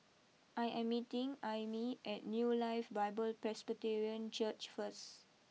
I am meeting Aimee at new Life Bible Presbyterian Church first